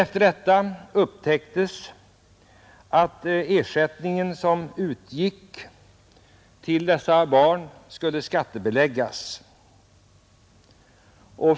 Efter detta upptäcktes att den ersättning som utgick till dessa barn skulle skattebeläggas.